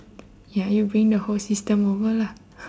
ya you bring the whole system over lah